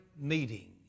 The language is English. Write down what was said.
meeting